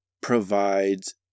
provides